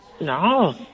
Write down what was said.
No